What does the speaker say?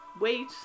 wait